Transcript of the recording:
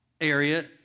area